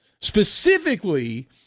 specifically